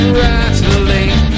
rattling